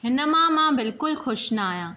हिन मां मां बिल्कुलु ख़ुशि ना आहियां